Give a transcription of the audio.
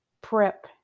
PrEP